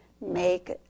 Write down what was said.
make